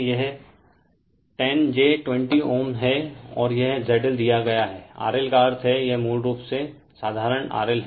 यह 10 j20Ω है और यह ZL दिया गया है RL का अर्थ है यह मूलरूप से साधारणतः RL है